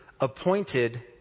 appointed